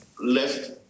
left